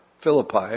Philippi